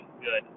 good